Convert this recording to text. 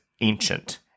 ancient